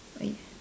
right